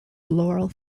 laurel